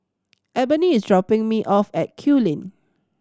Eboni is dropping me off at Kew Lane